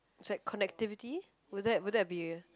it's like connectivity would that would that be